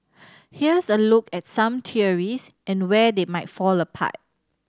here's a look at some theories and where they might fall apart